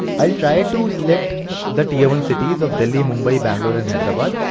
i'll try to select the tier one cities of delhi, mumbai, bangalore and hyderabad.